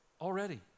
Already